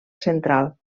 central